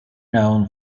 known